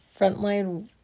frontline